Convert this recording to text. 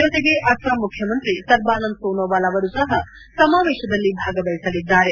ಜೊತೆಗೆ ಅಸ್ಲಾಂ ಮುಖ್ಯಮಂತ್ರಿ ಸರ್ಬಾನಂದ್ ಸೋನೋವಾಲ್ ಅವರು ಸಹ ಸಮಾವೇಶದಲ್ಲಿ ಭಾಗವಹಿಸಲಿದ್ದಾರೆ